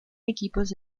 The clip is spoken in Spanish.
equipos